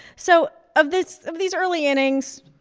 so of this of these early innings.